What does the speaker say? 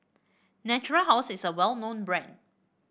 Natura House is a well known brand